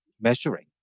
measuring